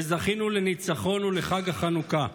וזכינו לניצחון ולחג החנוכה.